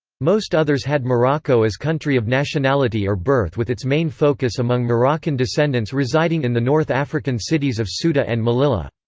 most others had morocco as country of nationality or birth with its main focus among moroccan descendants residing in the north african cities of ceuta and melilla.